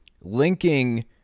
Linking